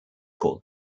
called